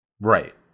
Right